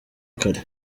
kare